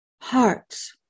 hearts